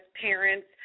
parents